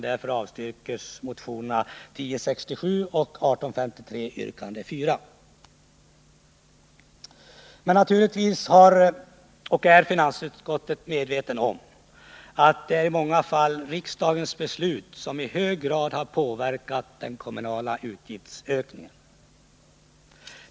Därför avstyrks motionerna 1067 och 1853, yrkande 4. Men naturligtvis är finansutskottet medvetet om att det i många fall är riksdagens beslut som i hög grad har påverkat den kommunala utgiftsökningen.